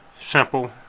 simple